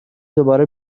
دوباره